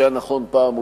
שהיה נכון פעם,